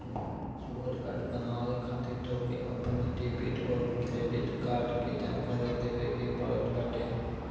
virtual card बनवावे खातिर तोहके अपनी डेबिट अउरी क्रेडिट कार्ड के जानकारी देवे के पड़त बाटे